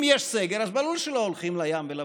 אם יש סגר, אז ברור שלא הולכים לים ולבריכה,